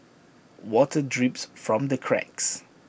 water drips from the cracks